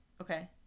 Okay